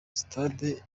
stade